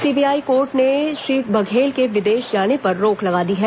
CBI court ने श्री बघेल के विदेश जाने पर रोक लगा दी है